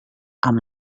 amb